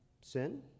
sin